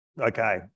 Okay